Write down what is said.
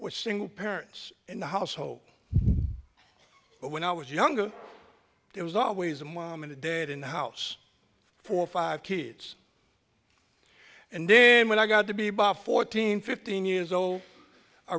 with single parents in the household when i was younger there was always a mom and a date in the house for five kids and then when i got to be about fourteen fifteen years old i